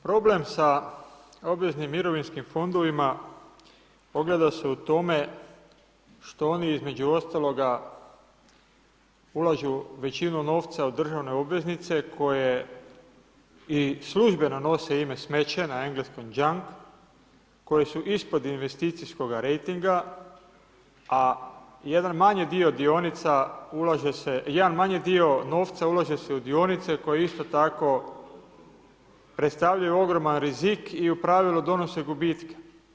Problem sa obveznim mirovinskim fondovima ogleda se u tome što oni, između ostaloga, ulažu većinu novca u državne obveznice koje i službeno nose ime smeće na eng. junk, koje su ispod investicijskoga rejtinga, a jedan manji dio dionica ulaže, jedan manji dio novca ulaže se u dionice koje isto tako predstavljaju ogroman rizik i u pravilu donose gubitke.